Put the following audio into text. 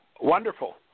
Wonderful